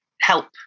help